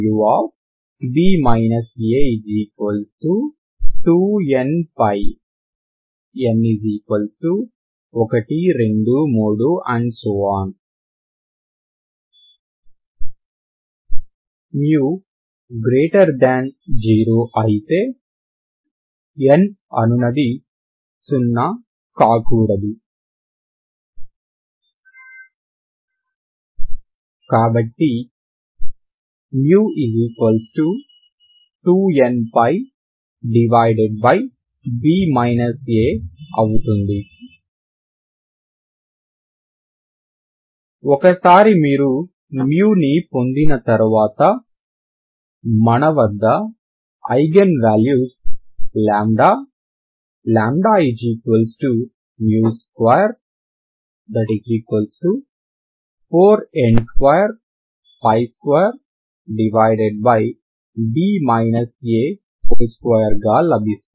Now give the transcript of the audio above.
b a2nπ n123 μ0 అయితే n అనునది 0 కాకూడదు కాబట్టి μ2nπ అవుతుంది ఒకసారి మీరు μని పొందితే మన వద్ద ఐగెన్ వాల్యూస్ λ λ24n222 గా లభిస్తాయి